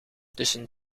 tussen